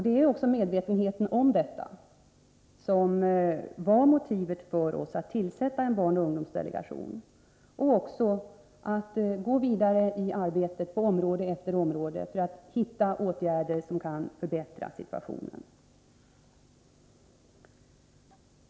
Det var också medvetenheten om detta förhållande som var regeringens motiv för att tillsätta en barnoch ungdomsdelegation och för att fortsätta arbetet på område efter område för att hitta åtgärder som kan förbättra situationen.